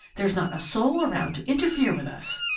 there's not a soul around to interfere with us!